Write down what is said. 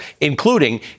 including